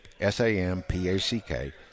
S-A-M-P-A-C-K